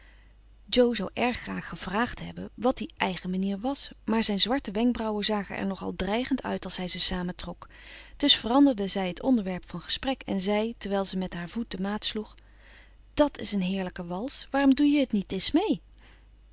jo zou erg graag gevraagd hebben wat die eigen manier was maar zijn zwarte wenkbrauwen zagen er nogal dreigend uit als hij ze samentrok dus veranderde zij het onderwerp van gesprek en zei terwijl ze met haar voet de maat sloeg dat is een heerlijke wals waarom doe je niet eens mee